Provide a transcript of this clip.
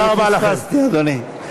אני פספסתי, אדוני.